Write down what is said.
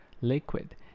Liquid